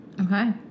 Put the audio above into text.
Okay